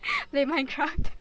play Minecraft